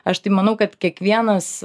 aš tai manau kad kiekvienas